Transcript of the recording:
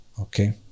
Okay